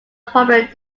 popular